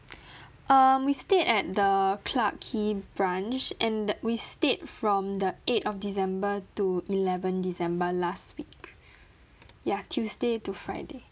um we stayed at the clarke quay branch and that we stayed from the eight of december to eleven december last week ya tuesday to friday